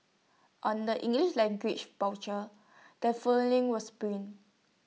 on the English language brochure the following was printed